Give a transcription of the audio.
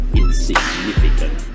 insignificant